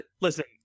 Listen